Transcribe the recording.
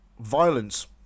violence